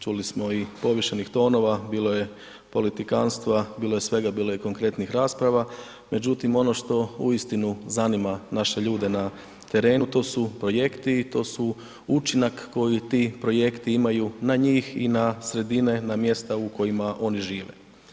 Čuli smo i povišenih tonova, bilo je politikanstva, bilo je svega, bilo je i konkretnih rasprava međutim ono što uistinu zanima naše ljude na terenu, to su projekti i to su učinak koji ti projekti imaju na njih i na sredine, na mjesta u kojima oni žive.